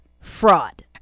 fraud